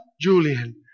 Julian